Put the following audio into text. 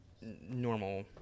normal